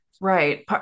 Right